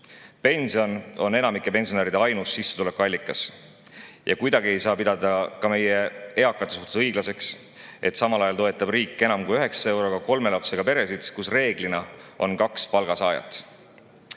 Pension on enamiku pensionäride ainus sissetulekuallikas. Kuidagi ei saa pidada meie eakate suhtes õiglaseks, et samal ajal toetab riik enam kui 900 euroga kolme lapsega peresid, kus reeglina on kaks palgasaajat.